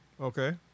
okay